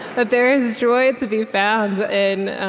that there is joy to be found in